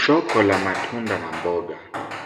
Soko la matunda na mboga.